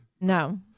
No